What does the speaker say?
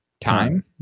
time